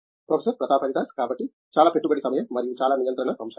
professor Pratap Haridas కాబట్టి చాలా పెట్టుబడి సమయం మరియు చాలా నియంత్రణ అంశాలు